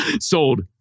Sold